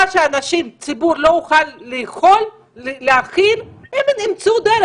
מה שהציבור לא יכול להכיל הם ימצאו דרך,